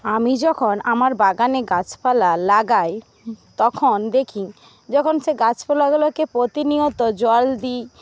আমি যখন আমার বাগানে গাছপালা লাগাই তখন দেখি যখন সে গাছপালাগুলোকে প্রতিনিয়ত জল দিই